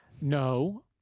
No